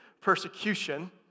persecution